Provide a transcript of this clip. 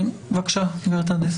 בבקשה, גברת עדס.